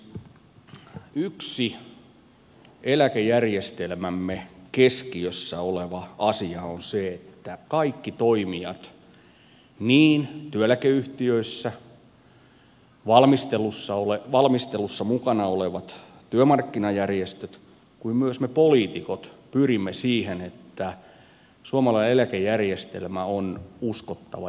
yksi eläkejärjestelmämme keskiössä oleva asia on se että me kaikki toimijat niin toimijat työeläkeyhtiöissä valmistelussa mukana olevat työmarkkinajärjestöt kuin myös me poliitikot pyrimme siihen että suomalainen eläkejärjestelmä on uskottava ja luotettava